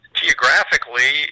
geographically